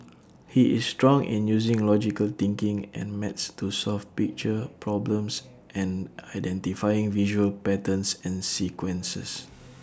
he is strong in using logical thinking and maths to solve picture problems and identifying visual patterns and sequences